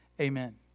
Amen